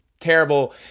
terrible